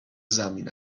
زمین